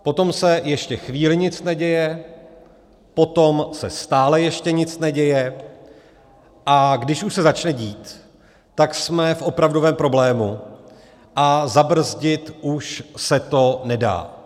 Potom se ještě chvíli nic neděje, potom se stále ještě nic neděje, a když už se začne dít, tak jsme v opravdovém problému a zabrzdit už se to nedá.